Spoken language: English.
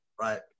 Right